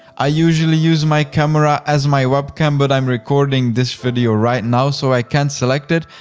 i usually use my camera as my webcam, but i'm recording this video right now so i can't select it.